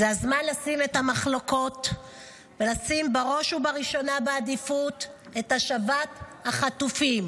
זה הזמן לשים את המחלוקות ולשים בראש ובראשונה בעדיפות את השבת החטופים.